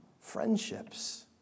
friendships